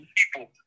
people